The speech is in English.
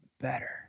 better